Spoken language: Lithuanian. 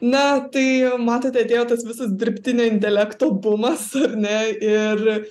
na tai matot atėjo tas visas dirbtinio intelekto bumas ar ne ir